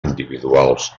individuals